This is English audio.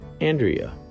Andrea